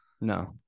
No